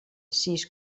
sis